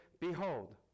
behold